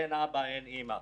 אין אבא ואין אימא.